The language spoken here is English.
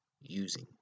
using